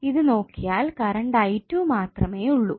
ഇത് നോക്കിയാൽ current i2 മാത്രമേ ഉള്ളു